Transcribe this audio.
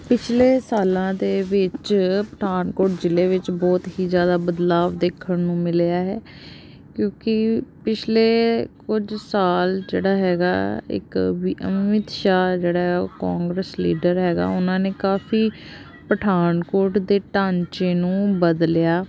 ਪਿਛਲੇ ਸਾਲਾਂ ਦੇ ਵਿੱਚ ਪਠਾਨਕੋਟ ਜ਼ਿਲ੍ਹੇ ਵਿੱਚ ਬਹੁਤ ਹੀ ਜ਼ਿਆਦਾ ਬਦਲਾਵ ਦੇਖਣ ਨੂੰ ਮਿਲਿਆ ਹੈ ਕਿਉਂਕਿ ਪਿਛਲੇ ਕੁਝ ਸਾਲ ਜਿਹੜਾ ਹੈਗਾ ਇੱਕ ਵੀ ਅਮਿਤ ਸ਼ਾਹ ਜਿਹੜਾ ਉਹ ਕਾਂਗਰਸ ਲੀਡਰ ਹੈਗਾ ਉਹਨਾਂ ਨੇ ਕਾਫੀ ਪਠਾਨਕੋਟ ਦੇ ਢਾਂਚੇ ਨੂੰ ਬਦਲਿਆ